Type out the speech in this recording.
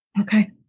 Okay